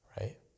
right